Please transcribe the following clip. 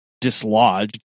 dislodged